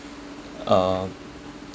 uh